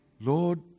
Lord